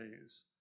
days